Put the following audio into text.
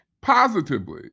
positively